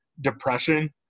depression